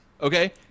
Okay